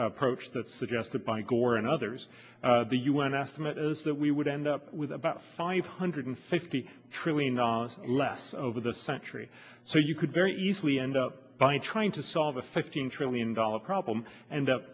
approach that suggested by gore and others the u n estimate is that we would end up with about five hundred fifty trillion dollars less over the century so you could very easily end up by trying to solve a fifteen trillion dollars problem and up